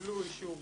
קיבלו אישור